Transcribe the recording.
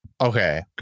okay